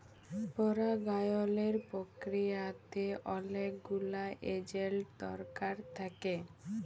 পরাগায়লের পক্রিয়াতে অলেক গুলা এজেল্ট দরকার থ্যাকে